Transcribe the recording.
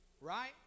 right